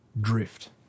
drift